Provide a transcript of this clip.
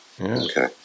okay